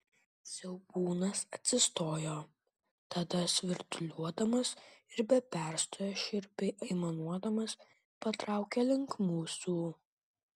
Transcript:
siaubūnas atsistojo tada svirduliuodamas ir be perstojo šiurpiai aimanuodamas patraukė link mūsų